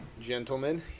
gentlemen